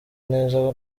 neza